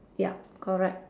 ya correct